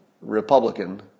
Republican